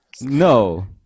No